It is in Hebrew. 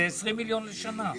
זה 20 מיליון לשנה.